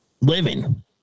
living